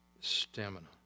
Stamina